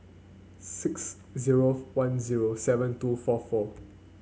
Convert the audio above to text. six zero one zero seven two four four